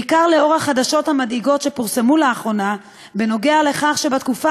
בעיקר לנוכח החדשות המדאיגות שפורסמו לאחרונה בנוגע לכך שבתקופה